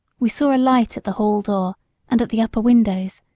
we saw a light at the hall-door and at the upper windows,